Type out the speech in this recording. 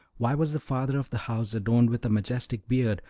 why was the father of the house adorned with a majestic beard,